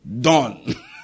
Done